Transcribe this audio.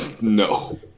No